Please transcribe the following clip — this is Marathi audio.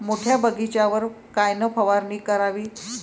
मोठ्या बगीचावर कायन फवारनी करावी?